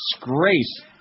disgrace